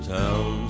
town